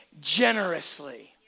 generously